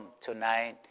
tonight